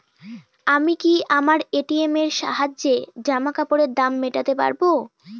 আমি কি আমার এ.টি.এম এর সাহায্যে জামাকাপরের দাম মেটাতে পারব?